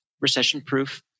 recession-proof